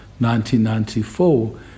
1994